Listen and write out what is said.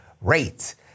rates